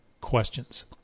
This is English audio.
questions